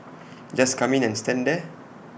just come in and stand there